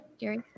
Gary